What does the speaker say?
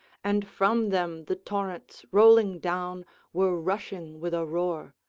and from them the torrents rolling down were rushing with a roar.